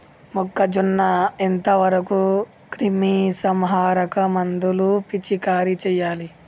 మొక్కజొన్న ఎంత వరకు క్రిమిసంహారక మందులు పిచికారీ చేయాలి?